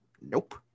Nope